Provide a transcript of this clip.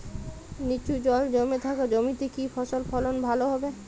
নিচু জল জমে থাকা জমিতে কি ফসল ফলন ভালো হবে?